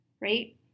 right